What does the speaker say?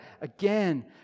again